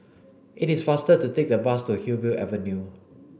it is faster to take the bus to Hillview Avenue